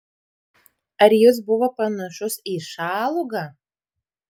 ar jis buvo panašus į šalugą